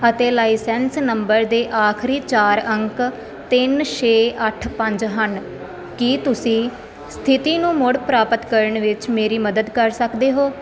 ਅਤੇ license number ਦੇ ਆਖਰੀ ਚਾਰ ਅੰਕ ਤਿੰਨ ਛੇ ਅੱਠ ਪੰਜ ਹਨ ਕੀ ਤੁਸੀਂ ਸਥਿਤੀ ਨੂੰ ਮੁੜ ਪ੍ਰਾਪਤ ਕਰਨ ਵਿੱਚ ਮੇਰੀ ਮਦਦ ਕਰ ਸਕਦੇ ਹੋ